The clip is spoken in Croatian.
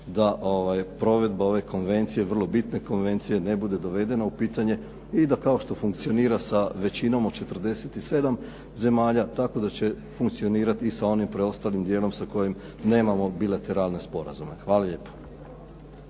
da provedba ove konvencije, vrlo bitne konvencije ne bude dovedena u pitanje i da kao što funkcionira sa većinom od 47 zemalja tako da će funkcionirati i sa onim preostalim dijelom sa kojim nemamo bilateralne sporazume. Hvala lijepo.